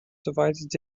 divided